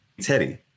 Teddy